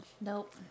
Nope